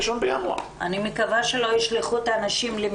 אז צריך אותו גם ב- 1.1. אני מקווה שלא ישלחו את הנשים למלוניות,